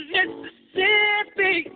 Mississippi